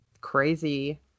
crazy